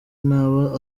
ntaba